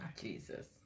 Jesus